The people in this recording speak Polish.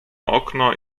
okno